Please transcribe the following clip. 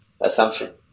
assumption